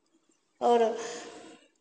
और